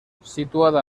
situada